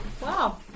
Wow